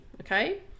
okay